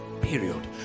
period